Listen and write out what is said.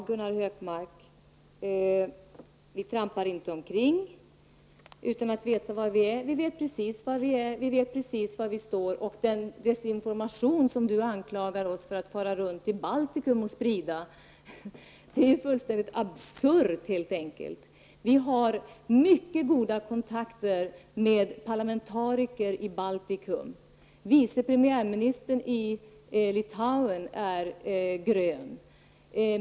Herr talman! Vi trampar inte omkring utan att veta var vi är, Gunnar Hökmark. Vi vet precis var vi är. Vi vet precis var vi står. Att Gunnar Hökmark anklagar oss för att fara runt i Baltikum och sprida desinformation är fullständigt absurt. Vi har mycket goda kontakter med parlamentariker i Baltikum. Vice premiärministern i Litauen är grön.